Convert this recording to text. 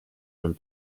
from